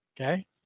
okay